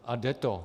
A jde to.